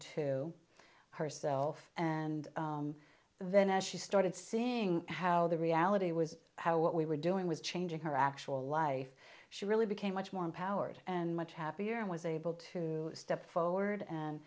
into her self and then as she started seeing how the reality was how what we were doing was changing her actual life she really became much more empowered and much happier and was able to step forward and